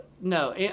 no